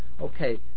Okay